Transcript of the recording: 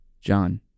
John